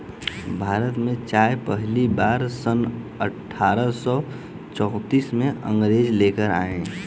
भारत में चाय पहली बार सन अठारह सौ चौतीस में अंग्रेज लेकर आए